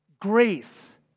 grace